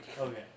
Okay